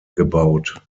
gebaut